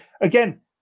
again